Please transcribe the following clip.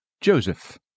Joseph